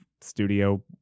studio